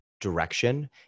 direction